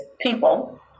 people